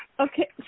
Okay